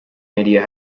media